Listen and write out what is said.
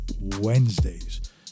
Wednesdays